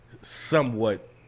Somewhat